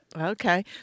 Okay